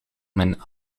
mijn